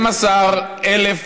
12,000